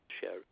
share